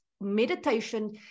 meditation